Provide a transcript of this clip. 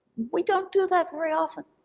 we don't do that very often.